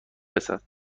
رسد